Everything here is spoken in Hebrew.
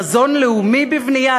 חזון לאומי בבנייה,